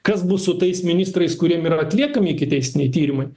kas bus su tais ministrais kuriem yra atliekami ikiteisminiai tyrimai